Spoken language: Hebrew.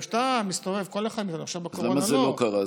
למה זה לא קרה?